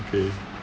okay